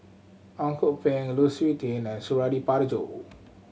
Ang Kok Peng Lu Suitin and Suradi Parjo